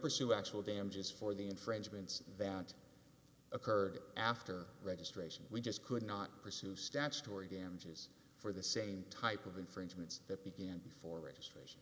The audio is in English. pursue actual damages for the infringements that occurred after registration we just could not pursue statutory damages for the same type of infringements that began before